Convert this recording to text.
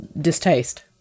distaste